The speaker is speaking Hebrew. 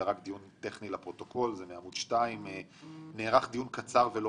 אלא רק דיון "לפרוטוקול" זה מעמוד 2; "נערך דיון קצר ולא